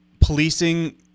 policing